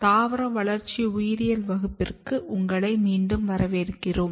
தாவர வளர்ச்சி உயிரியல் வகுப்பிற்கு உங்களை மீண்டும் வரவேற்கிறோம்